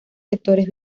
sectores